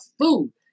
food